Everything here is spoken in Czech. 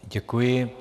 Děkuji.